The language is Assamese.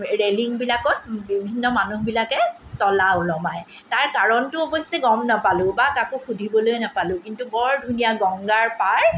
ৰেলিঙবিলাকত বিভিন্ন মানুহবিলাকে তলা ওলমায় তাৰ কাৰণটো অৱশ্যে গম নাপালোঁ বা কাকো সুধিবলৈ নাপালোঁ কিন্তু বৰ ধুনীয়া গংগাৰ পাৰ